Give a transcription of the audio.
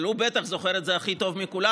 אבל הוא בטח זוכר את זה הכי טוב מכולם,